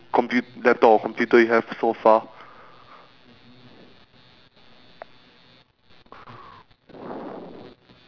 like what because like I would compare it as a monster machine because the computer I had back then is a potato that cannot even run a simple flash game